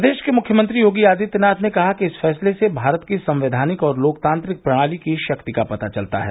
प्रदेश के मुख्यमंत्री योगी आदित्यनाथ ने कहा कि इस फैसले से भारत की संवैधानिक और लोकतांत्रिक प्रणाली की शक्ति का पता चलता है